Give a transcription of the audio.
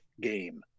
game